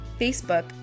Facebook